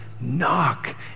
Knock